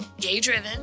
gay-driven